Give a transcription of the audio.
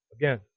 again